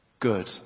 good